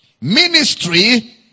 ministry